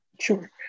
Sure